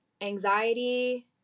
Anxiety